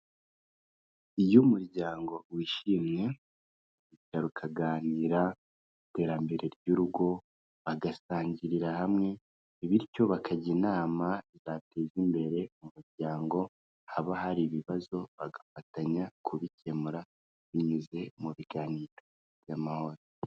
Iyo umuryango wishimye, bityo ukaganira ku iterambere ry'urugo, bagasangirira hamwe, bityo bakajya inama zateza imbere umuryango, haba hari ibibazo bagafatanya kubikemura binyuze mu biganiro by'amahoro.